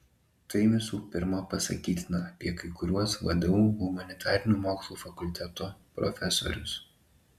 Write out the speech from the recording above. tai visų pirma pasakytina apie kai kuriuos vdu humanitarinių mokslų fakulteto profesorius